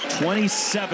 27